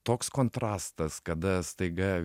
toks kontrastas kada staiga